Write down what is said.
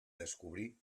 descobrir